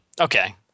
Okay